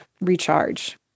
recharge